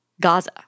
Gaza